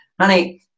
honey